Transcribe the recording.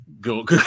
Go